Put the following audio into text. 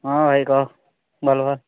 ହଁ ଭାଇ କହ ଭଲ